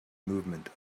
movement